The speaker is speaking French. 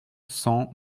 cent